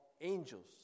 angels